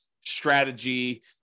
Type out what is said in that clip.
strategy